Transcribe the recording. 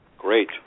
Great